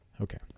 Okay